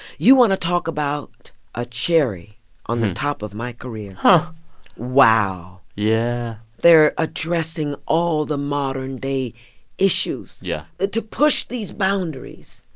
you want to talk about a cherry on the top of my career? and wow yeah they're addressing all the modern-day issues. yeah. to push these boundaries.